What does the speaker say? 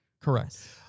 Correct